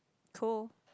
toe